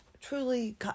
truly